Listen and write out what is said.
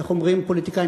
איך אומרים פוליטיקאים,